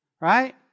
right